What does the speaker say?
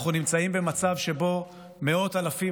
אנחנו נמצאים במצב שבו מאות אלפים